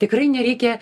tikrai nereikia